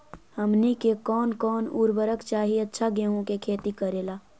हमनी के कौन कौन उर्वरक चाही अच्छा गेंहू के खेती करेला?